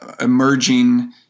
emerging